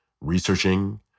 researching